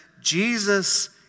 Jesus